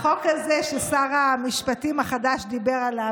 החוק הזה ששר המשפטים החדש דיבר עליו